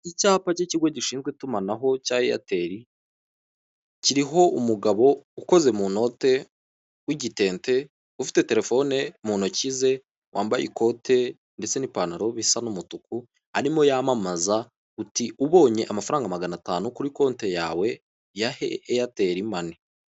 Icyapa cy'ikigo gishinzwe itumanaho cya eyateri, kiriho umugabo ukoze mu note w'igitente ufite telefone mu ntoki ze, wambaye ikote ndetse n'ipantaro bisa n'umutuku, arimo yamamaza uti, "ubonye amafaranga magana atanu kuri konti yawe ya eyateri mani."